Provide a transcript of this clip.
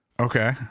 okay